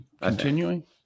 continuing